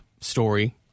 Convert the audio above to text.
story